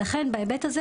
ולכן בהיבט הזה,